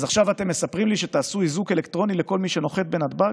אז עכשיו אתם מספרים לי שתעשו איזוק אלקטרוני לכל מי שנוחת בנתב"ג?